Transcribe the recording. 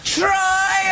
try